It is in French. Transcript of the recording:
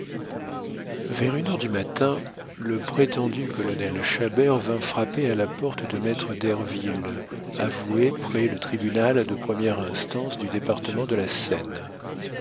vers une heure du matin le prétendu colonel chabert vint frapper à la porte de maître derville avoué près le tribunal de première instance du département de la seine